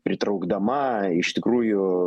pritraukdama iš tikrųjų